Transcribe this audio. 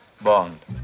bond